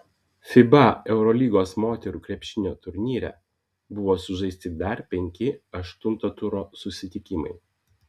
fiba eurolygos moterų krepšinio turnyre buvo sužaisti dar penki aštunto turo susitikimai